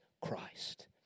Christ